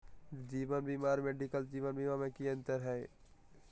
जीवन बीमा और मेडिकल जीवन बीमा में की अंतर है?